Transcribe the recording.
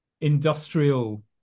industrial